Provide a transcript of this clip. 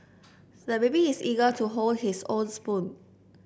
the baby is eager to hold his own spoon